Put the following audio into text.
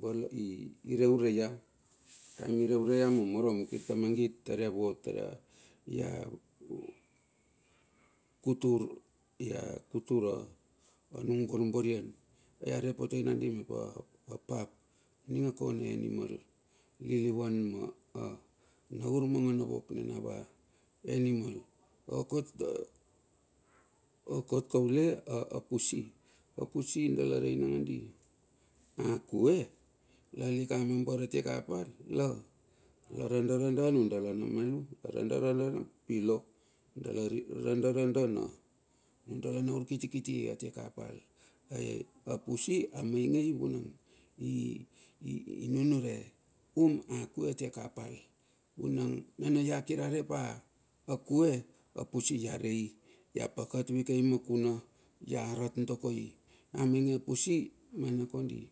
balaur i re ure ia. Taem ire ure ia ma marom kirta mangit tar ia vot tar ia ia kutur. ia kutur anung borborian ai are potei nadi me apap ninga kona animal, lilivan ma urmanga na wok nina wa animal. Okot kaule okot kaule a pusi apusi dala rei nangandi akue lalik amambar atie ka pal, la randa randa nundala namalu la randa, randa na pilo lalik randa randa nundala na urkiti kiti atie ka pal. Ai pusi amaingei vunang i nunure um a kue tie ka pal, vunang nana ia kira re pa akue a pusi ia rei la pakat vikei ma kuna, ia rat dokoi, i amainga apusi mana kondi.